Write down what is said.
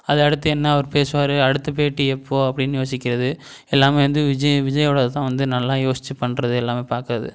அது அடுத்து என்ன அவரு பேசுவார் அடுத்து பேட்டி எப்போது அப்படின்னு யோசிக்கிறது எல்லாமே வந்து விஜய் விஜயோடது தான் வந்து நல்லா யோசிச்சு பண்ணுறது எல்லாமே பார்க்கறது